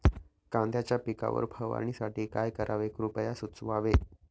कांद्यांच्या पिकावर फवारणीसाठी काय करावे कृपया सुचवावे